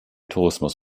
tourismus